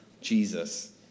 Jesus